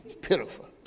pitiful